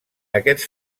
aquests